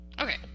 Okay